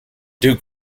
duke